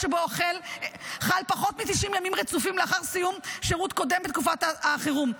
חל פחות מ-90 ימים רצופים לאחר סיום שירות קודם בתקופת החירום.